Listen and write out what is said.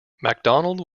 macdonald